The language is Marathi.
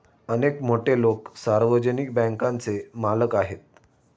अनेक मोठे लोकं सार्वजनिक बँकांचे मालक आहेत